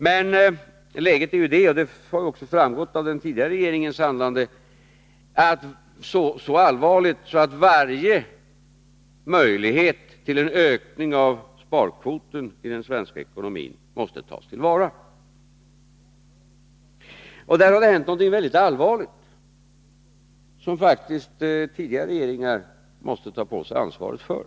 Men läget är, som också har framgått av den tidigare regeringens handlande, så allvarligt att varje möjlighet till en ökning av sparkvoten i den svenska ekonomin måste tas till vara. Där har det hänt någonting väldigt allvarligt, som faktiskt tidigare regeringar måste ta på sig ansvaret för.